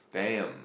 damn